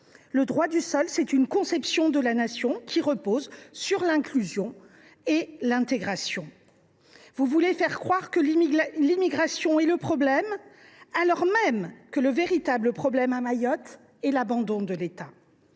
une faiblesse. C’est une conception de la nation, qui repose sur l’inclusion et l’intégration. Vous voulez faire croire que l’immigration est le problème, alors que le véritable problème de Mayotte est son abandon par l’État.